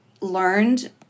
learned